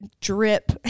drip